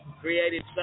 created